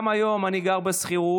גם היום אני גר בשכירות,